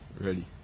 ready